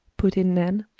put in nan,